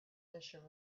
fissure